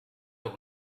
der